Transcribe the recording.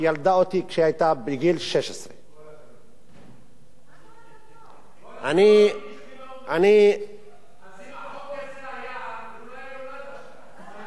וילדה אותי כשהיתה בגיל 16. אז אם החוק הזה היה לא היית נולד בכלל.